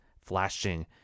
flashing